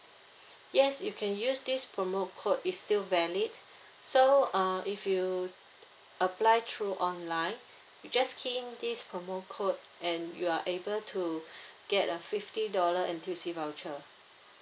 yes you can use this promo code it's still valid so uh if you apply through online you just key in this promo code and you are able to get a fifty dollar N_T_U_C voucher